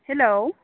hello